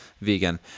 vegan